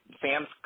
Sam's